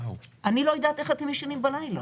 אני לא יודעת איך אתם ישנים בלילה.